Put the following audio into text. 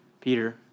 Peter